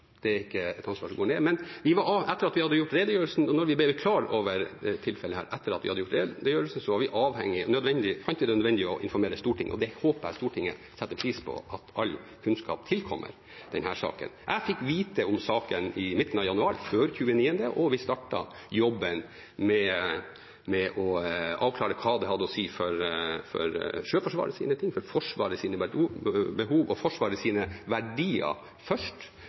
det er ikke et ansvar som går nedover. Men etter at vi hadde gjort redegjørelsen, og da vi ble klar over dette tilfellet etter at vi hadde gjort det, fant vi det nødvendig å informere Stortinget. Det håper jeg Stortinget setter pris på, at all kunnskap tilflyter dem i denne saken. Jeg fikk vite om saken i midten av januar, før den 29., og vi startet jobben med først å avklare hva det hadde å si for Sjøforsvaret, for Forsvarets behov og for